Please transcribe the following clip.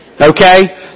Okay